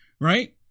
right